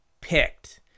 picked